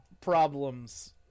problems